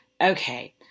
Okay